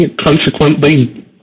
consequently